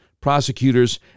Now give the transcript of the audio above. prosecutors